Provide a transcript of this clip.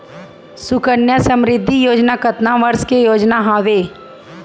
सुकन्या समृद्धि योजना कतना वर्ष के योजना हावे?